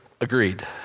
Agreed